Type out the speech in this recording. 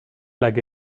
like